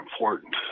important